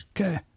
Okay